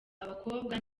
abakobwa